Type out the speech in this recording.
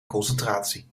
concentratie